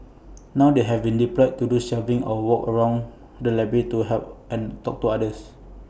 now they haven deployed to do shelving or walk around the library to help and talk to users